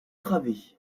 travées